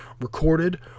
recorded